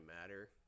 matter